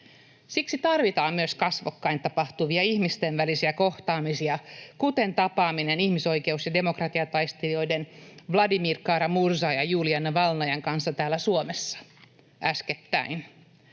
Siksi tarvitaan myös kasvokkain tapahtuvia ihmisten välisiä kohtaamisia, kuten tapaaminen ihmisoikeus- ja demokratiataistelijoiden Vladimir Kara-Murzan ja Julija Navalnajan kanssa täällä Suomessa äskettäin.